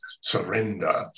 surrender